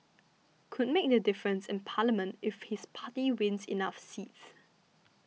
could make the difference in Parliament if his party wins enough seats